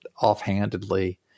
offhandedly